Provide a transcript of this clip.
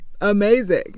amazing